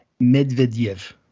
Medvedev